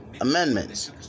amendments